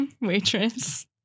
Waitress